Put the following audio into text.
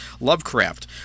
Lovecraft